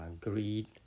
greed